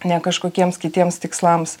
ne kažkokiems kitiems tikslams